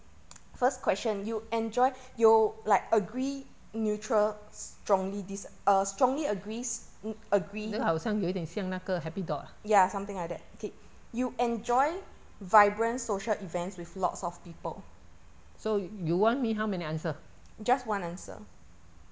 好像有一点像那个 happy dot ah so you want me how many answer